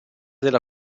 della